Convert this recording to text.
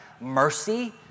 mercy